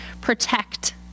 Protect